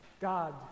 God